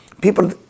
People